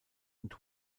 und